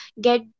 get